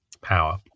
power